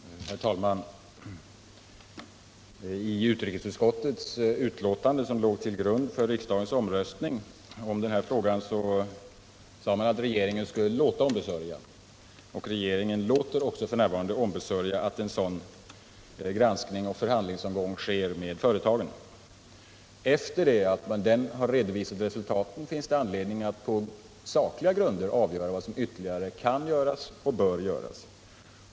Nr 25 Herr talman! I det betänkande från utrikesutskottet som låg till grund för riksdagens beslut i denna fråga förutsattes att regeringen skulle låta ombesörja en utredning och en förhandlingsomgång med företagen, och regeringen låter också f. n. ombesörja detta. Efter det att resultaten härav — Om förbud mot redovisats finns det anledning att på sakliga grunder avgöra vad som = kapitalexport till ytterligare kan och bör göras.